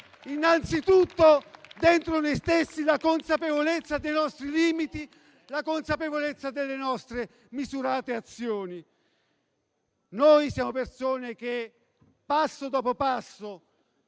innanzitutto dentro noi stessi, nella consapevolezza dei nostri limiti e delle nostre misurate azioni. Noi siamo persone che, passo dopo passo,